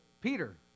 Peter